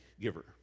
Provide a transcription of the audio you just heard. giver